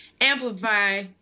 amplify